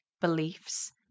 beliefs